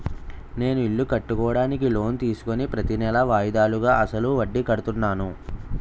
నేను ఇల్లు కట్టుకోడానికి లోన్ తీసుకుని ప్రతీనెలా వాయిదాలుగా అసలు వడ్డీ కడుతున్నాను